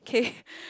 kay